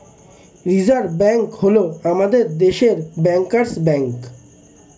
reserve bank হল আমাদের দেশের ব্যাঙ্কার্স ব্যাঙ্ক